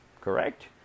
correct